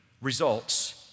results